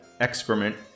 excrement